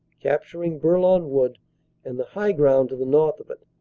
capturing bourlon wood and the high ground to the north of it,